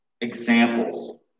examples